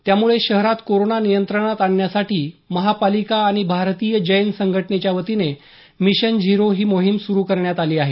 त्यामुळे शहरात कोरोना नियंत्रणात आणण्यासाठी महापालिका आणि भारतीय जैन संघटनेच्या वतीने मिशन झिरो ही मोहिम सुरू करण्यात आली आहे